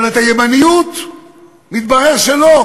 אבל את הימניות מתברר שלא,